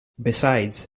besides